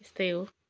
त्यस्तै हो